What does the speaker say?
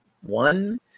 one